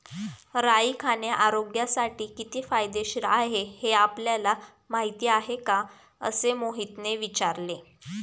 राई खाणे आरोग्यासाठी किती फायदेशीर आहे हे आपल्याला माहिती आहे का? असे मोहितने विचारले